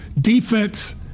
defense